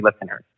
listeners